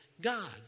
God